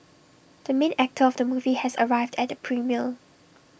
the main actor of the movie has arrived at the premiere